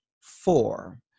four